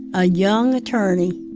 a young attorney,